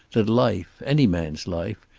that life, any man's life,